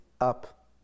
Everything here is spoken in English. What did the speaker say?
up